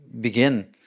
begin